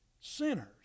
sinners